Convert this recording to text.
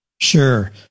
Sure